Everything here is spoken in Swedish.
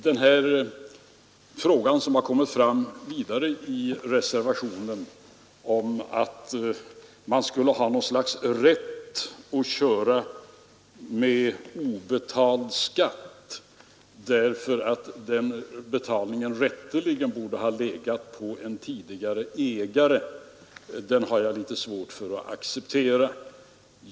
Den fråga som vidare kommit fram i reservationen om att man skulle ha något slags rätt att köra med obetald skatt därför att den betalningen rätteligen borde ha legat på en tidigare ägare har jag litet svårt att acceptera.